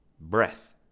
breath